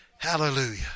Hallelujah